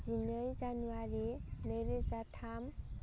जिनै जानुवारि नैरोजा थाम